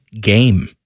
game